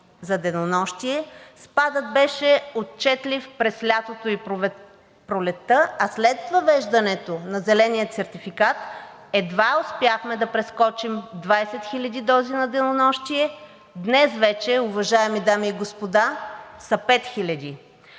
за денонощие спадът беше отчетлив през лятото и пролетта, а след въвеждането на зеления сертификат едва успяхме да прескочим 20 хиляди дози на денонощие. Днес вече, уважаеми дами и господа, са 5